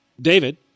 david